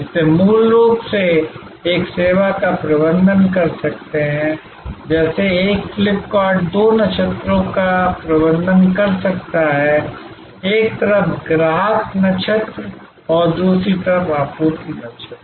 इसलिए मूल रूप से वे एक सेवा का प्रबंधन कर सकते हैं जैसे एक FlipKart दो नक्षत्रों का प्रबंधन कर सकता है एक तरफ ग्राहक नक्षत्र और दूसरी तरफ आपूर्ति नक्षत्र